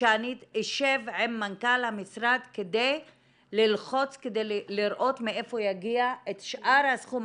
שאני אשב עם מנכ"ל המשרד כדי ללחוץ ולראות מאיפה יגיע שאר הסכום.